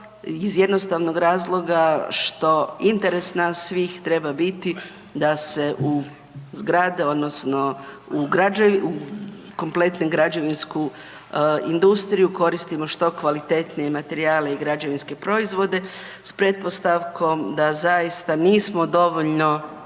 iz jednostavnog razloga što interes nas svih treba biti da se u zgrade odnosno u kompletnoj građevinskoj industriji koristimo što kvalitetnije materijale i građevinske proizvode s pretpostavkom da zaista nismo dovoljno